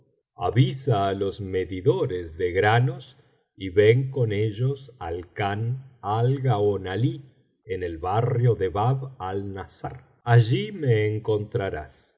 avisa á los medidores de granos y ven con ellos al khan al gaonalí en el barrio de babal nassr allí rae encontrarás